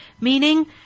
Meaning